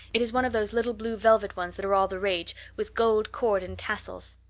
it is one of those little blue velvet ones that are all the rage, with gold cord and tassels.